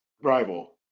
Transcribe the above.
rival